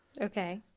Okay